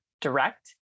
direct